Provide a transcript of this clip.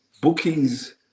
bookies